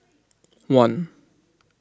one